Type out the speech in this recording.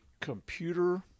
computer